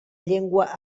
llengua